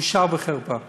בושה וחרפה.